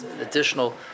additional